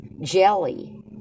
jelly